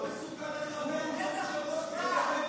אתה לא מסוגל לכבד, איזו חוצפה.